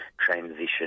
transition